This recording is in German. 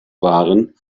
waren